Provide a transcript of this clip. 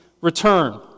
return